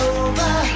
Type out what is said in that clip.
over